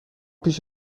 پیش